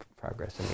progress